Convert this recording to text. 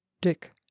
dick